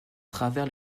travers